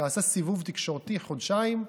שעשה סיבוב תקשורתי חודשיים עליכם,